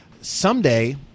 Someday